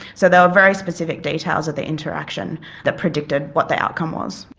so they were very specific details of the interaction that predicted what the outcome was.